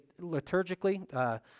liturgically